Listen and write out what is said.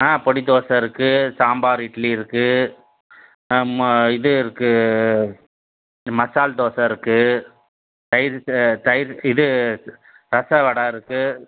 ஆ பொடி தோசை இருக்குது சாம்பார் இட்லி இருக்குது மா இது இருக்குது மசால் தோசை இருக்குது தயிர் ச தயிர் இது ரச வடை இருக்குது